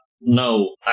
no